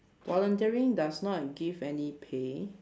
volunteering does not give any pay